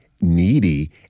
Needy